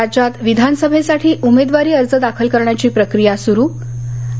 राज्यात विधानसभेसाठी उमेदवारी अर्ज दाखल करण्याची प्रक्रिया सुरू आणि